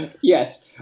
Yes